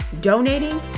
donating